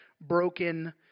broken